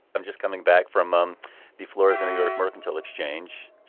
i'm just coming back from um the floor of the new york mercantile exchange,